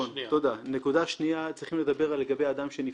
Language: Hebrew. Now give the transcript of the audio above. הנקודה השנייה היא לגבי אדם שנפטר.